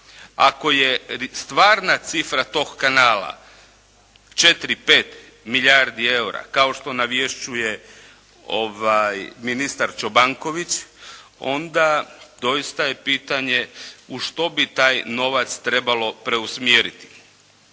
Ako je stvarna cifra tog kanala 4, 5 milijardi eura kao što navješćuje ministar Čobanković, onda doista je pitanje u što bi taj novac trebalo preusmjeriti.